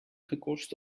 gekost